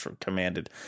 commanded